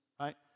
right